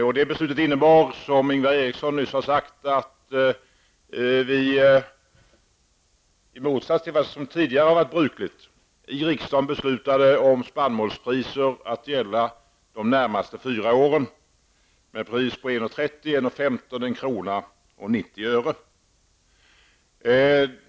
Detta beslut innebar, som Ingvar Eriksson nyss har sagt, att vi i motsats till vad som tidigare varit brukligt i riksdagen beslutade om spannmålspriser att gälla de närmaste fyra åren, pris på 1,30 kr., 1,15 kr., 1 kr. och 90 öre.